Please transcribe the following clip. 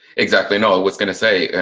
exactly, know what's gonna say,